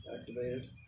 activated